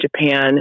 Japan